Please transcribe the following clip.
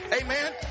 amen